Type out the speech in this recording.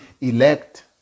elect